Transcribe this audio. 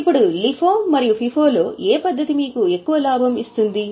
ఇప్పుడు LIFO మరియు FIFO మధ్య ఏ పద్ధతి మీకు ఎక్కువ లాభం ఇస్తుంది